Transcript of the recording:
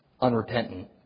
unrepentant